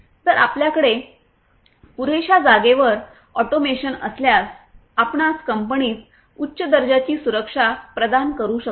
तर आपल्याकडे पुरेशा जागेवर ऑटोमेशन असल्यास आपणास कंपनीत उच्च दर्जाची सुरक्षा प्रदान करू शकतात